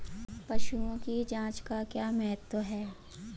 पशुओं की जांच का क्या महत्व है?